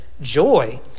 joy